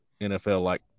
NFL-like